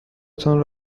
تان